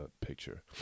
picture